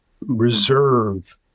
reserve